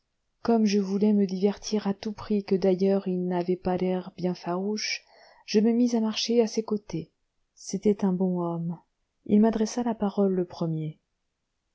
comme je voulais me divertir à tout prix et que d'ailleurs il n'avait pas l'air bien farouche je me mis à marcher à ses côtés c'était un bon homme il m'adressa la parole le premier